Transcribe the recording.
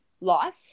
life